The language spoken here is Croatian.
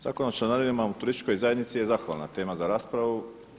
Zakonom o članarinama u turističkoj zajednici je zahvalna tema za raspravu.